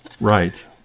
Right